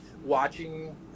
Watching